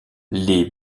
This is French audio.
les